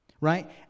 right